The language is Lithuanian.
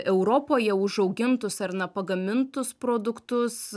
europoje užaugintus ar na pagamintus produktus